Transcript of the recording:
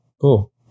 Cool